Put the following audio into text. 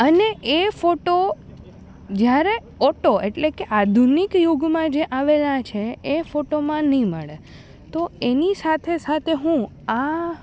અને એ ફોટો જ્યારે ઓટો એટલે કે આધુનિક યુગમાં જે આવેલા છે એ ફોટોમાં નહીં મળે તો એની સાથે સાથે હું આ